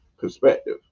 perspective